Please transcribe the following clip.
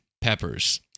peppers